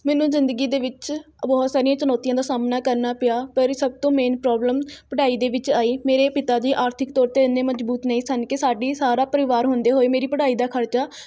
ਮੈਨੂੰ ਜ਼ਿੰਦਗੀ ਦੇ ਵਿੱਚ ਬਹੁਤ ਸਾਰੀਆਂ ਚੁਣੌਤੀਆਂ ਦਾ ਸਾਹਮਣਾ ਕਰਨਾ ਪਿਆ ਪਰ ਇਹ ਸਭ ਤੋਂ ਮੇਨ ਪ੍ਰੌਬਲਮ ਪੜ੍ਹਾਈ ਦੇ ਵਿੱਚ ਆਈ ਮੇਰੇ ਪਿਤਾ ਜੀ ਆਰਥਿਕ ਤੌਰ 'ਤੇ ਇੰਨੇ ਮਜ਼ਬੂਤ ਨਹੀਂ ਸਨ ਕਿ ਸਾਡੀ ਸਾਰਾ ਪਰਿਵਾਰ ਹੁੰਦੇ ਹੋਏ ਮੇਰੀ ਪੜ੍ਹਾਈ ਦਾ ਖਰਚਾ